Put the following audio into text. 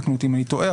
תקנו אותי אם אני טועה,